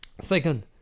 Second